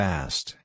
Fast